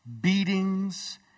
beatings